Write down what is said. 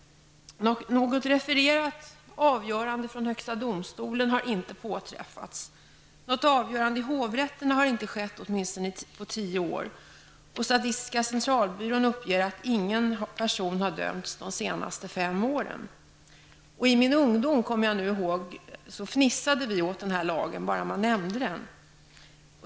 Något refererat avgörande från Högsta domstolen har inte påträffats, och något avgörande i hovrätten har inte skett på tio år. Statistiska centralbyrån uppger att inte någon person har dömts de senaste fem åren. Jag kommer ihåg att vi i min ungdom fnissade åt den här lagen bara den nämndes.